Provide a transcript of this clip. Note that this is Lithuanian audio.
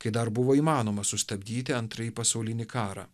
kai dar buvo įmanoma sustabdyti antrąjį pasaulinį karą